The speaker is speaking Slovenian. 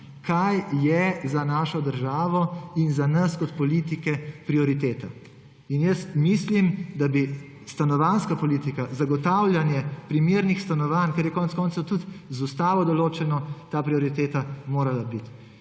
kaj je za našo državo in za nas kot politike prioriteta. Mislim, da bi stanovanjska politika, zagotavljanje primernih stanovanj, kar je konec koncev tudi z ustavo določeno, ta prioriteta morala biti.